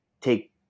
take